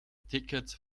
tickets